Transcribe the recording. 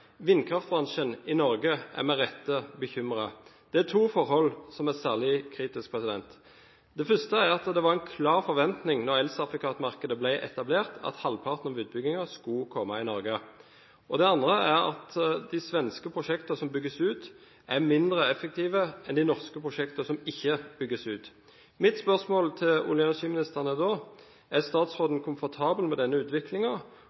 Vindkraftbransjen i Norge er med rette bekymret. Det er to forhold som er særlig kritisk. Det første er at det var en klar forventning da elsertifikatmarkedet ble etablert, om at halvparten av utbyggingen skulle komme i Norge. Det andre er at de svenske prosjektene som bygges ut, er mindre effektive enn de norske prosjektene, som ikke bygges ut. Mitt spørsmål til olje- og energiministeren er da: Er